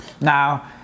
Now